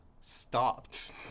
stopped